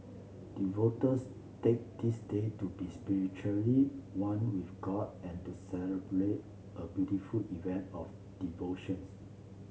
take this day to be spiritually one with god and to celebrate a beautiful event of devotions